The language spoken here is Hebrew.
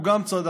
הוא גם צדק.